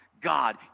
God